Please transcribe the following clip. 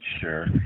Sure